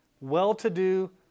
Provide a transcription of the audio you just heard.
well-to-do